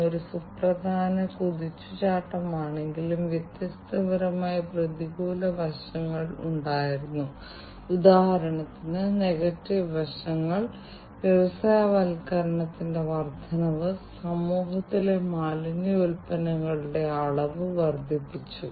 അതിനാൽ ഇവിടെ ഞാൻ ഖനന വ്യവസായം ഗ്യാസ് നിരീക്ഷണം അങ്ങനെ മറ്റൊരു വ്യവസായത്തിന് വ്യത്യസ്തമായ മറ്റ് പ്രശ്നങ്ങളുണ്ട് എന്നാൽ ഇവയുടെയെല്ലാം കാതൽ sensing actuation networking connectivity processing തുടങ്ങിയവയെക്കുറിച്ചാണ്